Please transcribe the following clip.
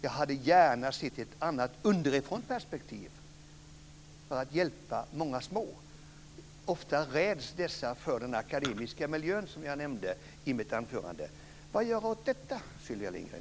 Jag hade gärna sett ett underifrånperspektiv för att hjälpa många små. Ofta räds dessa för den akademiska miljön, som jag nämnde i mitt anförande. Vad göra åt detta, Sylvia Lindgren?